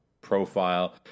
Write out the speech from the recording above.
profile